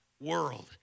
world